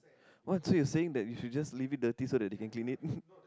what so you're saying that we should just leave dirty so that they can clean it